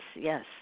yes